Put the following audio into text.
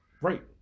Right